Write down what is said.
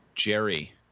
jerry